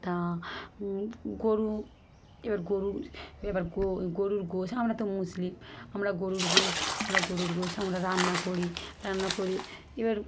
তা গরু এবার গরুর এবার গো গরুর গোশ আমরা তো মুসলিম আমরা গরুর গোশ আমরা গরুর গোশ আমরা রান্না করি রান্না করে এবার